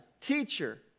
teacher